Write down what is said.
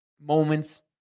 moments